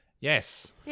Yes